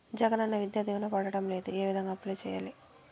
జగనన్న విద్యా దీవెన పడడం లేదు ఏ విధంగా అప్లై సేయాలి